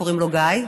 קוראים לו גיא.